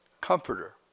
comforter